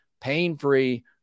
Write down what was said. pain-free